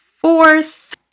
Fourth